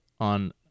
on